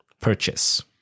purchase